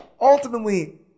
Ultimately